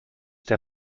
der